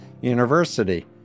University